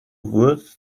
wurf